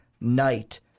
night